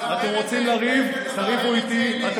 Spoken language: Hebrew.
אתם רוצים לריב, אז תריבו איתי.